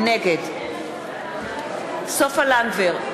נגד סופה לנדבר,